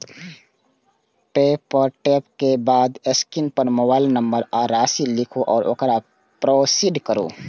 पे पर टैप करै के बाद स्क्रीन पर मोबाइल नंबर आ राशि लिखू आ ओकरा प्रोसीड करू